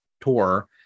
tour